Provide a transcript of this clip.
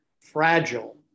fragile